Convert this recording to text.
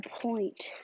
point